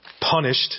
punished